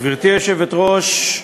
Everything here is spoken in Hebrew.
גברתי היושבת-ראש,